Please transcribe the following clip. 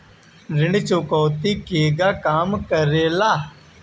ऋण चुकौती केगा काम करेले?